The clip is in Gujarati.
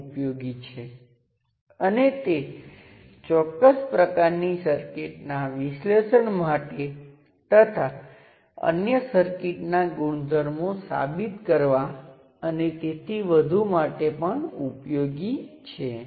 તેથી તમે સ્પષ્ટપણે જોઈ શકો છો કે આ મૂળ સર્કિટ કરતાં વધુ સરળ મોડલ છે જેમાં સેંકડો અથવા હજારો અથવા કોઈપણ સંખ્યામાં ઘટકો હશે તેથી જ તેનો વ્યાપકપણે ઉપયોગ થાય છે